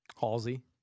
Halsey